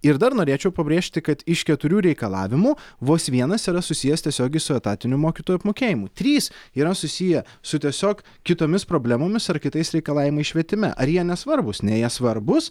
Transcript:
ir dar norėčiau pabrėžti kad iš keturių reikalavimų vos vienas yra susijęs tiesiogiai su etatiniu mokytojų apmokėjimu trys yra susiję su tiesiog kitomis problemomis ar kitais reikalavimais švietime ar jie nesvarbūs ne jie svarbūs